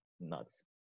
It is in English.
nuts